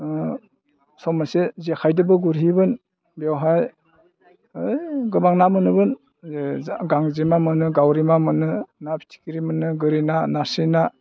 सम मोनसे जेखाइजोंबो गुरहैयोमोन बेवहाय ओइ गोबां ना मोनोमोन गांजेमा मोनो गावरिमा मोनो ना फिथिख्रि मोनो गोरि ना नास्राय ना